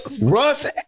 Russ